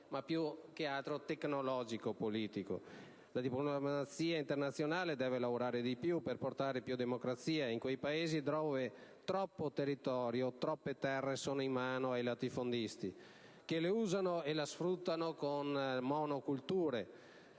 e soprattutto tecnologico-politico. La diplomazia internazionale deve lavorare di più per portare più democrazia in questi Paesi, dove troppo territorio, troppe terre sono in mano ai latifondisti, che le usano e le sfruttano con monocolture,